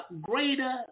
greater